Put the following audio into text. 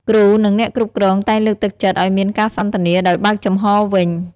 គ្រូ និងអ្នកគ្រប់គ្រងតែងលើកទឹកចិត្តឲ្យមានការសន្ទនាដោយបើកចំហវិញ។